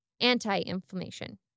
anti-inflammation